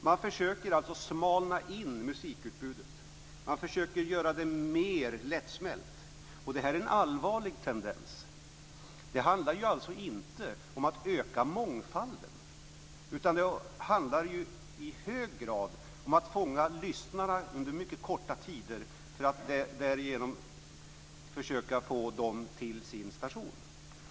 Man försöker göra musikutbudet smalare och mer lättsmält. Det här är en allvarlig tendens. Det handlar ju inte om att öka mångfalden, utan det handlar i hög grad om att fånga lyssnarna under mycket kort tid för att försöka få dem till sin station.